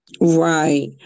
Right